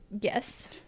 Yes